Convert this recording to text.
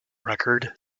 record